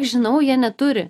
žinau jie neturi